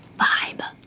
vibe